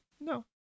No